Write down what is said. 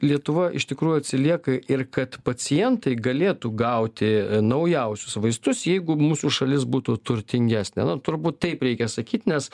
lietuva iš tikrųjų atsilieka ir kad pacientai galėtų gauti naujausius vaistus jeigu mūsų šalis būtų turtingesnė na turbūt taip reikia sakyt nes